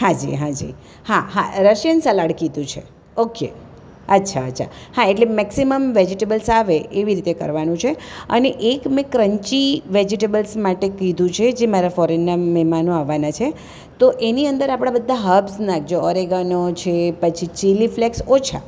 હા જી હા જી હા હા રશિયન સલાડ કીધું છે ઓકે અચ્છા અચ્છા હા એટલે મેક્સિમમ વેજિટેબલ્સ આવે એવી રીતે કરવાનું છે અને એક મેં ક્રન્ચી વેજિટેબલ્સ માટે કીધું છે જે મારા ફોરેનના મહેમાનો આવાના છે તો એની અંદર આપણા બધા હર્બ્સ નાખજો ઓરેગાનો છે પછી ચીલી ફ્લેક્સ ઓછા